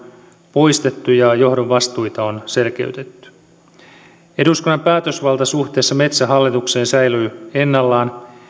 poistettu ja johdon vastuita selkeytetty eduskunnan päätösvalta suhteessa metsähallitukseen säilyy ennallaan